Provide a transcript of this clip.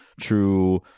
true